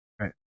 Right